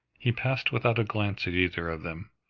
he passed without a glance at either of them.